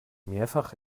mehrfach